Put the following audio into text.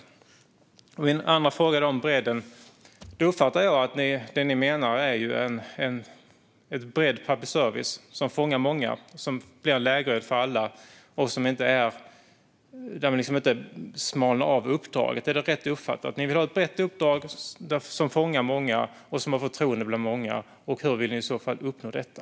När det gäller min andra fråga om bredden uppfattar jag att det ni menar är en bred public service som fångar många och blir en lägereld för alla och där uppdraget inte görs smalare. Är detta rätt uppfattat? Ni vill ha ett brett uppdrag som fångar många och har förtroende bland många - hur vill ni i så fall uppnå detta?